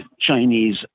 Chinese